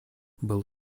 был